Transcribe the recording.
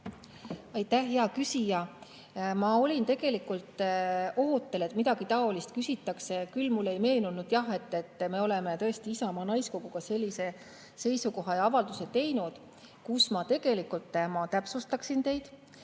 Aitäh, hea küsija! Ma olin tegelikult ootel, et midagi taolist küsitakse. Mulle küll ei meenunud, et me oleksime Isamaa naiskoguga sellise seisukoha ja avalduse teinud, kus me tegelikult – ma täpsustan teid